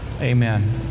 Amen